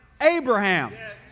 Abraham